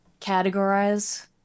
categorize